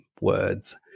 words